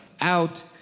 Out